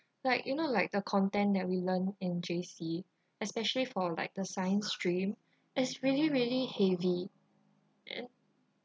like you know like the content that we learn in J_C especially for like the science stream is really really heavy and